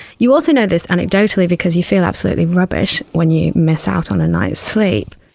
you also know this anecdotally because you feel absolutely rubbish when you miss out on a night's sleep.